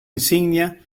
insignia